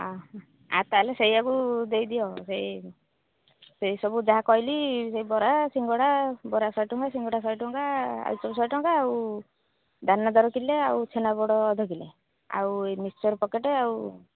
ଆ ତା'ହେଲେ ସେଇଆକୁ ଦେଇଦିଅ ସେଇ ସେଇ ସବୁ ଯାହା କହିଲି ସେଇ ବରା ସିଙ୍ଗଡ଼ା ବରା ଶହେ ଟଙ୍କା ସିଙ୍ଗଡ଼ା ଶହେ ଟଙ୍କା ଆଳୁଚପ ଶହେ ଟଙ୍କା ଆଉ ଦାନାଦର କିଲେ ଆଉ ଛେନାପୋଡ଼ ଅଧ କିଲେ ଆଉ ଏଇ ମିକ୍ସଚର ପକେଟ ଆଉ